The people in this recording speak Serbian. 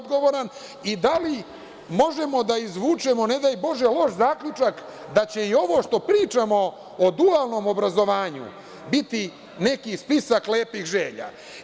Da li možemo da izvučemo, ne daj bože, loš zaključak da će i ovo što pričamo o dualnom obrazovanju biti neki spisak lepih želja?